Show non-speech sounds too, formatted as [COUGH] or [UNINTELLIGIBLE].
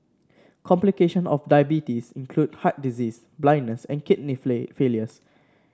complication of diabetes include heart disease blindness and kidney [UNINTELLIGIBLE] failure